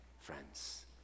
friends